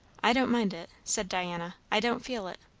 i don't mind it, said diana. i don't feel it.